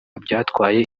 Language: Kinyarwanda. byatwaye